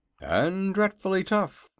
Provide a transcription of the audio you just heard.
and dreadfully tough,